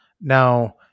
now